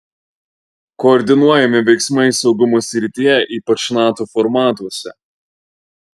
koordinuojami veiksmai saugumo srityje ypač nato formatuose